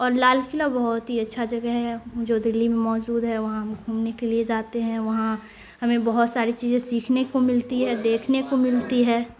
اور لال قلعہ بہت ہی اچھا جگہ ہے جو دلی میں موجود ہے وہاں ہم گھومنے کے لیے جاتے ہیں وہاں ہمیں بہت ساری چیزیں سیکھنے کو ملتی ہے دیکھنے کو ملتی ہے